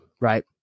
right